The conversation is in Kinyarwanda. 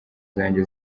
zanjye